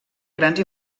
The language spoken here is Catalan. grans